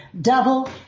double